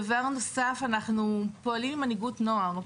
דבר נוסף, אנחנו פועלים עם מנהיגות נוער.